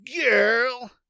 girl